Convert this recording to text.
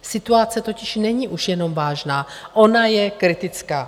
Situace totiž není už jenom vážná, ona je kritická.